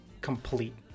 complete